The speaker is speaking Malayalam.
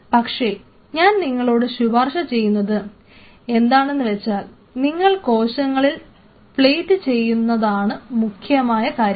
പക്ഷേ ഞാൻ നിങ്ങളോട് ശുപാർശ ചെയ്യുന്നത് എന്താണെന്ന് വെച്ചാൽ നിങ്ങൾ കോശങ്ങളിൽ പ്ലേറ്റ് ചെയ്യുന്നതാണ് മുഖ്യമായ കാര്യം